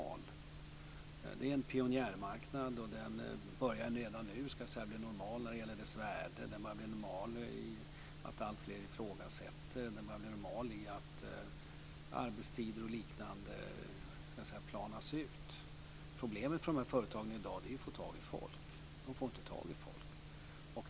Det är en pionjärmarknad. Den börjar redan nu bli normal i dess värde, i att alltfler ifrågasätter, i att arbetstider och liknande planas ut. Problemen för företagen i dag är att få tag i folk. De får inte tag i folk.